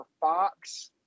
Fox